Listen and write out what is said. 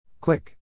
Click